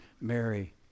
Mary